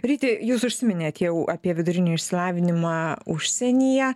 ryti jūs užsiminėt jau apie vidurinį išsilavinimą užsienyje